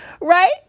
Right